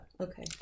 Okay